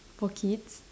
for kids